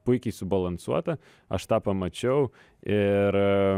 puikiai subalansuota aš tą pamačiau ir